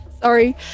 Sorry